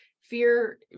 fear